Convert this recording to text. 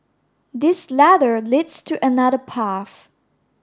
this ladder leads to another path